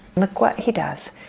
look what he does,